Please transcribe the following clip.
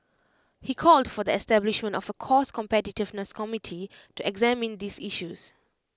he called for the establishment of A cost competitiveness committee to examine these issues